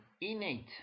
innate